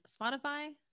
Spotify